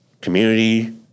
community